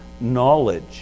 knowledge